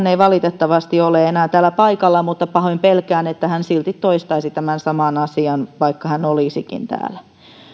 ei valitettavasti ole enää täällä paikalla mutta pahoin pelkään että hän silti toistaisi tämän saman asian jos hän olisikin täällä